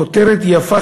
כותרת יפה,